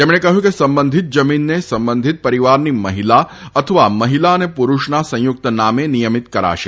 તેમણે કહયું કે સંબંધિત જમીનને સંબંધિત પરીવારની મહિલા અથવા મહિલા અને પુરૂષના સંયુકત નામે નિયમીત કરાશે